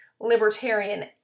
libertarian